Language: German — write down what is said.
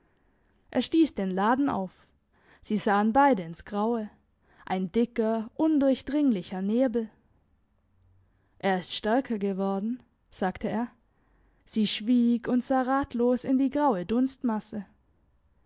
er stiess den laden auf sie sahen beide ins graue ein dicker undurchdringlicher nebel er ist stärker geworden sagte er sie schwieg und sah ratlos in die graue